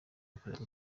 yakorewe